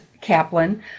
Kaplan